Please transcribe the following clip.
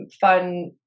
fun